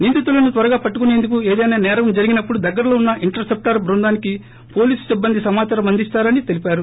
నిందితులను త్వరగా పట్టుకుసేందుకు ఏదైనా నేరం జరిగినప్పడు దగ్గరలో ఉన్న ఇంటర్ సెప్టార్ బృందానికి పోలీసు సిబ్బంది సమాచారమందిస్తారని తెలిపారు